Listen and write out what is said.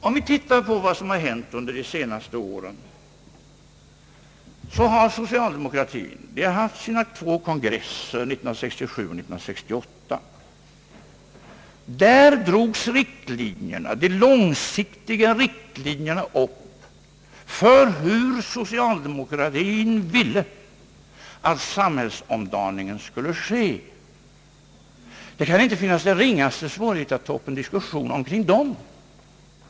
Om vi tittar på vad som hänt under de senaste åren, så har socialdemokratin haft sina två kongresser 1967 och 1968. Där drogs de långsiktiga riktlinjerna upp för hur socialdemokratin vill att samhällsomdaningen skall ske. Det kan inte finnas den ringaste svårighet att ta upp en diskussion kring de riktlinjerna.